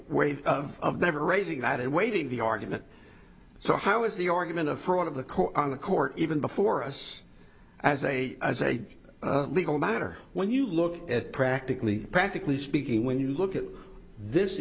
waves of never raising that and waving the argument so how is the argument of one of the court on the court even before us as a as a legal matter when you look at practically practically speaking when you look at this